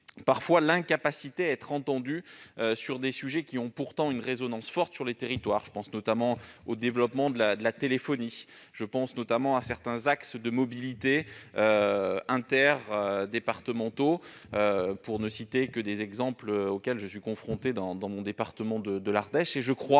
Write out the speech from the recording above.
de ne pas être entendus sur des sujets qui ont pourtant une résonance forte sur le terrain. Je pense, notamment, au développement de la téléphonie ou à certains axes de mobilité interdépartementaux, pour ne citer que les exemples auxquels je suis confronté dans mon département de l'Ardèche.